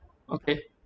okay